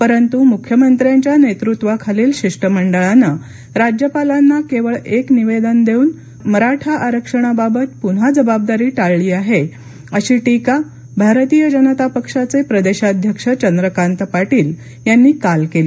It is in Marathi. परंतु मुख्यमंत्र्यांच्या नेतृत्वाखालील शिष्टमंडळाने राज्यपालांना केवळ एक निवेदन देऊन मराठा आरक्षणाबाबत पुन्हा जबाबदारी टाळली आहे अशी टीका भारतीय जनता पक्षाचे प्रदेशाध्यक्ष चंद्रकांत पाटील यांनी काल केली